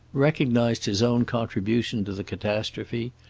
recognized his own contribution to the catastrophe,